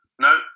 No